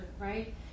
right